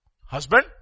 husband